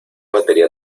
batería